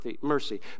mercy